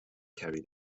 carry